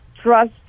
trust